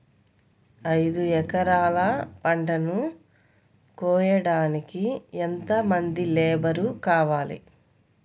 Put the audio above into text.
ఐదు ఎకరాల పంటను కోయడానికి యెంత మంది లేబరు కావాలి?